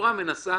החברה מנסה